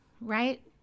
right